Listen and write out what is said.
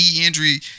injury